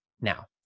now